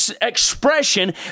expression